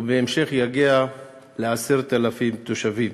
ובהמשך הוא יגיע ל-10,000 תושבים.